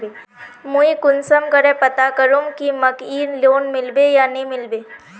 मुई कुंसम करे पता करूम की मकईर लोन मिलबे या नी मिलबे?